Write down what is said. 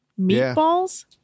Meatballs